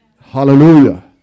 Hallelujah